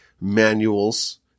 manuals